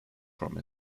from